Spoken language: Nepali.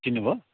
चिन्नुभयो